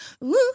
Woo